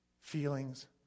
feelings